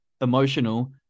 emotional